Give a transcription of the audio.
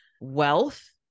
wealth